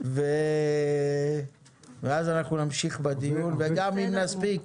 ואם נספיק,